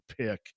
pick